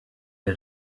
der